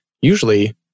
usually